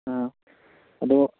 ꯑꯗꯣ